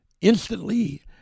instantly